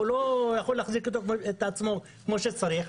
הוא לא יכול להחזיק את עצמו כמו שצריך,